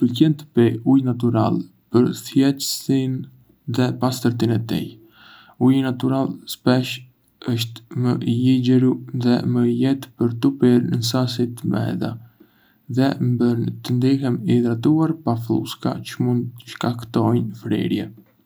Më pëlqen të pi ujë natyral për thjeshtësinë dhe pastërtinë e tij. Uji natyral shpesh është më i lixheru dhe më i lehtë për t'u pirë në sasi të mëdha, dhe më bën të ndihem i hidratuar pa flluska çë mund të shkaktojnë fryrje.